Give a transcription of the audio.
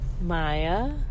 Maya